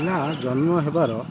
ପିଲା ଜନ୍ମ ହେବାର